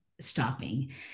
stopping